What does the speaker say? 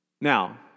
Now